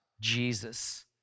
Jesus